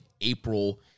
April